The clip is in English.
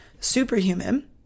superhuman